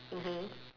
mmhmm